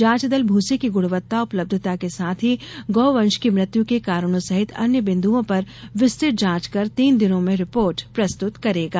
जांच दल भूसे की गुणवत्ता उपलब्धता के साथ ही गौ वंष की मृत्यु के कारणों सहित अन्य बिन्दुओं पर विस्तृत जांच कर तीन दिनों में रिपोर्ट प्रस्तुत करेगा